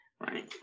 Right